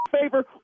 favor